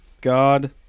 God